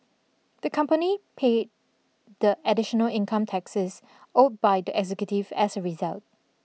the company paid the additional income taxes owed by the executive as a result